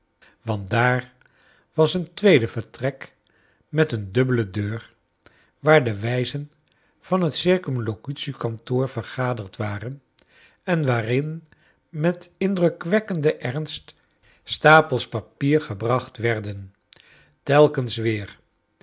want daar was een tweede vertrek met een dubbele deur waar de wijzen van het c k vergaderd waren en waarin met indrukwekkenden ernst stapels papier gebracht werden telkens weer